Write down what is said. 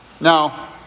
Now